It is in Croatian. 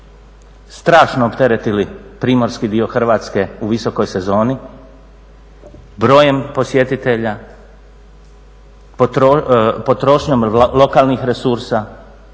strašno opteretili primorski dio Hrvatske u visokoj sezoni brojem posjetitelja, potrošnjom lokalnih resursa,